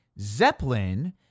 Zeppelin